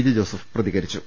J Joseph പ്രതികരിച്ചു